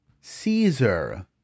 Caesar